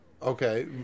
Okay